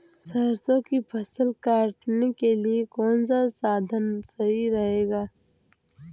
सरसो की फसल काटने के लिए कौन सा साधन सही रहेगा?